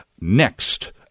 next